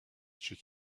she